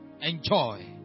enjoy